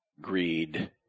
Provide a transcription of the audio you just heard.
greed